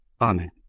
Amen